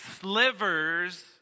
slivers